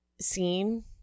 scene